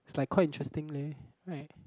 it's like quite interesting leh right